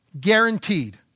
guaranteed